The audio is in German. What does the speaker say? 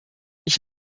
ich